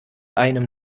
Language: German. einem